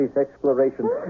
exploration